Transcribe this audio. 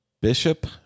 Bishop